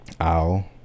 ow